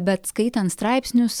bet skaitant straipsnius